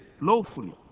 lawfully